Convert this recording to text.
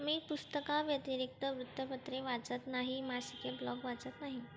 मी पुस्तकाव्यतिरिक्त वृत्तपत्रे वाचत नाही मासिके ब्लॉग वाचत नाही